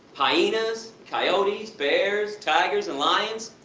hyenas, coyotes, bears, tigers and lions,